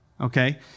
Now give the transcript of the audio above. okay